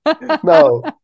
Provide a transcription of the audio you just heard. no